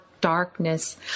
darkness